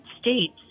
States